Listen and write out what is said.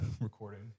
recording